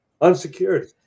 unsecured